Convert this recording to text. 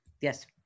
Yes